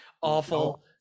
Awful